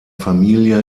familie